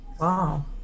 wow